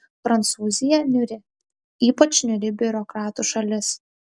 prancūzija niūri ypač niūri biurokratų šalis